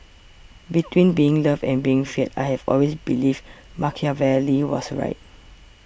between being loved and being feared I have always believed Machiavelli was right